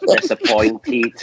disappointed